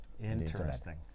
interesting